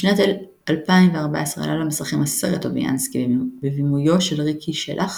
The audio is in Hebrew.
בשנת 2014 עלה למסכים הסרט "טוביאנסקי" בבימויו של ריקי שלח